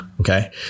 Okay